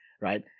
right